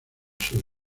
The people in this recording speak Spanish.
sur